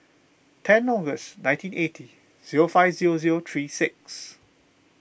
ten August nineteen eighty zero five zero zero three six